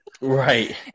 Right